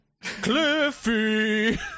Cliffy